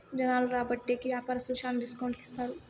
జనాలు రాబట్టే కి వ్యాపారస్తులు శ్యానా డిస్కౌంట్ కి ఇత్తారు